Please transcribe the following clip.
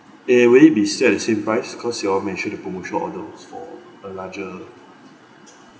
uh will it be still at the same price cause you all mentioned the promotional orders for a larger